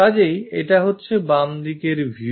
কাজেই এটা হচ্ছে বামদিকের view